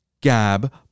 Gab